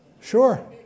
sure